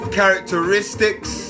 characteristics